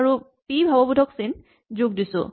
" যোগ দিছো